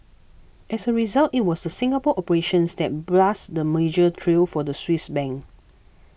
as a result it was the Singapore operations that blazed the merger trail for the Swiss Bank